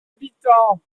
habitants